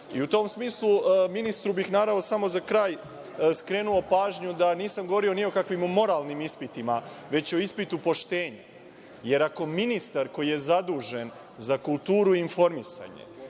tom smislu, ministru bih samo za kraj skrenuo pažnju da nisam govorio ni o kakvim moralnim ispitima, već o ispitu poštenja, jer ako ministar koji je zadužen za kulturu i informisanje,